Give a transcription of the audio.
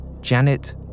Janet